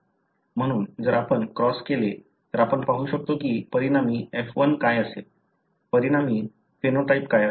म्हणून जर आपण क्रॉस केले तर आपण पाहू शकतो की परिणामी F1 काय असेल परिणामी फेनोटाइप काय असेल